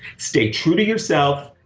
stay true to yourself,